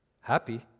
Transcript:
happy